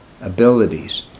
abilities